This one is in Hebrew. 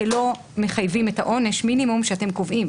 כלא מחייבים את העונש מינימום שאתם קובעים,